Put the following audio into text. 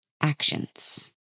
actions